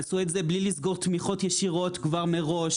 עשו את זה בלי לסגור תמיכות ישירות מראש.